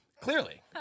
Clearly